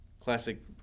Classic